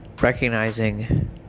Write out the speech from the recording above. recognizing